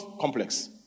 complex